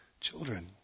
children